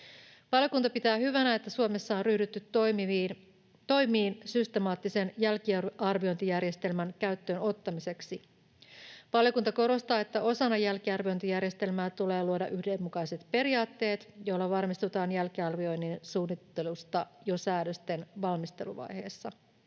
Valiokunta pitää hyvänä, että Suomessa on ryhdytty toimiin systemaattisen jälkiarviointijärjestelmän käyttöön ottamiseksi. Valiokunta korostaa, että osana jälkiarviointijärjestelmää tulee luoda yhdenmukaiset periaatteet, joilla varmistutaan jälkiarvioinnin suunnittelusta jo säädösten valmisteluvaiheessa.